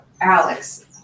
Alex